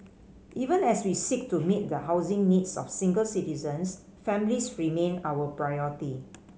even as we seek to meet the housing needs of single citizens families remain our priority